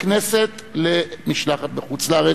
הכנסת בחוץ-לארץ,